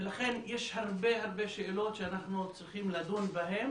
ולכן יש הרבה שאלות שאנחנו צריכים לדון בהן